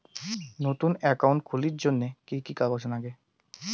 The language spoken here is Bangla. নতুন একাউন্ট খুলির জন্যে কি কি কাগজ নাগে?